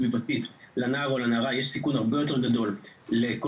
סביבתית לנער או לנערה יש סיכון הרבה יותר גדול לקושי